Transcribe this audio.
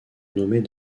nommés